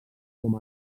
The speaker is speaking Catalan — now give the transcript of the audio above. com